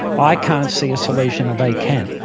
i can't see a solution and they can.